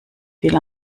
viel